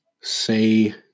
say